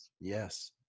Yes